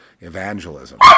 evangelism